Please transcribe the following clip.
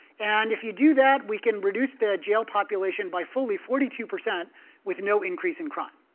and if you do that, we can reduce the jail population by fully forty two percent with no increase in crime,